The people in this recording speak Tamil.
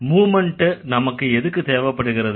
மூவ்மெண்ட் நமக்கு எதுக்கு தேவைப்படுகிறது